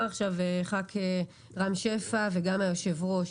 עכשיו חבר הכנסת רם שפע וגם היושב ראש.